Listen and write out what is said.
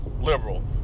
liberal